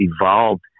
evolved